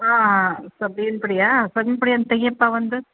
ಹಾಂ ಸಬೀನ ಪುಡಿಯ ಸಬೀನ ಪುಡಿ ಒಂದು ತೆಗೆಯಪ್ಪ ಒಂದು